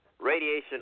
radiation